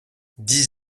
dix